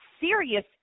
serious